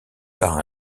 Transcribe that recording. par